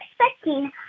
expecting